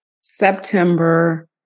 September